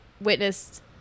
witnessed